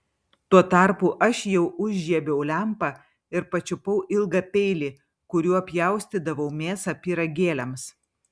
tuo tarpu aš jau užžiebiau lempą ir pačiupau ilgą peilį kuriuo pjaustydavau mėsą pyragėliams